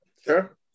Sure